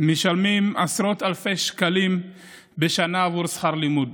משלמים עשרות אלפי שקלים בשנה עבור שכר לימוד.